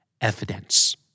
Evidence